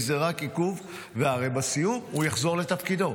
כי זה רק עיכוב, והרי בסיום הוא יחזור לתפקידו.